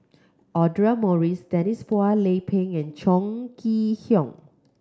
Audra Morrice Denise Phua Lay Peng and Chong Kee Hiong